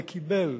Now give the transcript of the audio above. וקיבל,